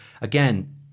again